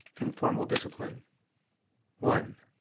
and formal discipline one.